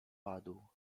padł